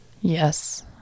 Yes